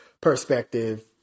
perspective